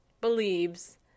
believes